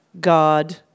God